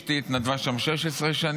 אשתי התנדבה שם 16 שנים,